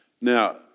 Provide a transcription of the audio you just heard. Now